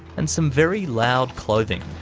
and some very loud clothing.